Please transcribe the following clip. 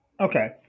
Okay